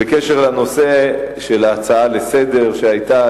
בקשר לנושא ההצעה לסדר-היום,